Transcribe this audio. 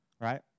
right